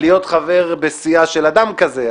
למרות שזה לא מצחיק להיות חבר בסיעה של אדם כזה,